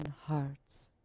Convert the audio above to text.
hearts